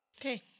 Okay